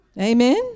Amen